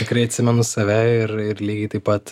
tikrai atsimenu save ir ir lygiai taip pat